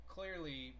Clearly